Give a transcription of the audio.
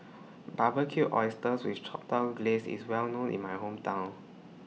Barbecued Oysters with Chipotle Glaze IS Well known in My Hometown